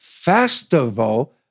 festival